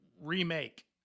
remake